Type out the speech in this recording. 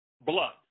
blood